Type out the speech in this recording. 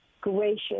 gracious